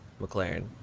mclaren